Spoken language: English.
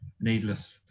needless